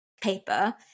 paper